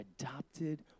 adopted